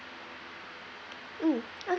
mm